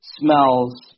smells